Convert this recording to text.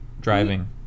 Driving